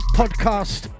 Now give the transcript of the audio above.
podcast